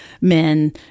men